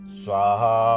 swaha